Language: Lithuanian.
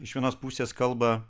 iš vienos pusės kalba